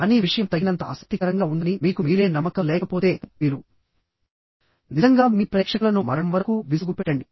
కానీ విషయం తగినంత ఆసక్తికరంగా ఉందని మీకు మీరే నమ్మకం లేకపోతే మీరు నిజంగా మీ ప్రేక్షకులను మరణం వరకు విసుగు పెట్టండి